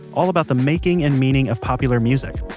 all about the making and meaning of popular music.